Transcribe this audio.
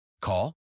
Call